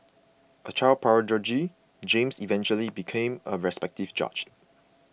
a child prodigy James eventually became a respected judge